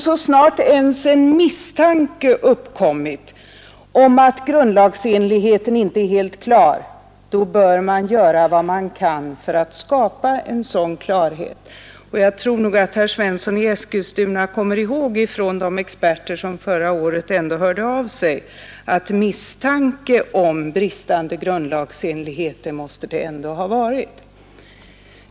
Så snart ens en misstanke uppkommit om att grundlagsenligheten inte är helt klar, bör man göra vad man kan för att skapa klarhet. Jag tror också att herr Svensson i Eskilstuna med tanke på vad de experter framhöll som lät höra av sig förra året måste medge att det förelåg misstanke om bristande grundlagsenlighet.